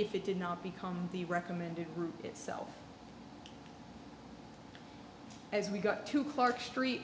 if it did not become the recommended group itself as we got to clark street